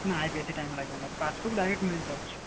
ନାଇଁ ବେଶି ଟାଇମ୍ ଲାଗିବନାଇ ପାସବୁକ୍ ଡାଇରେକ୍ଟ୍ ମିଳିଯାଉଛି